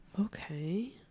Okay